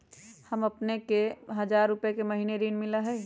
हां अपने के एक हजार रु महीने में ऋण मिलहई?